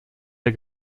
der